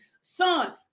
son